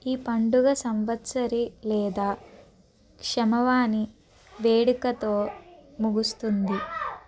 ఈ పండుగ సంవత్సరి లేదా క్షమవాని వేడుకతో ముగుస్తుంది